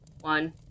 one